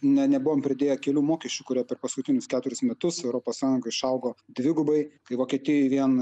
ne nebuvom pridėję kelių mokesčių kurie per paskutinius keturis metus europos sąjungoj išaugo dvigubai kai vokietijoj vien